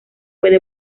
puede